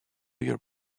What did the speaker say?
your